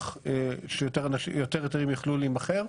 כך שיותר היתרים יכלו להימכר.